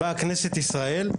באה כנסת ישראל,